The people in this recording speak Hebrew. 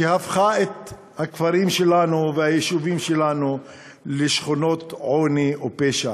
שהפכה את הכפרים שלנו ואת היישובים שלנו לשכונות עוני ופשע.